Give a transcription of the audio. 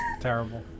Terrible